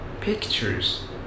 pictures